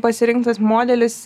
pasirinktas modelis